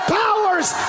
powers